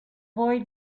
boy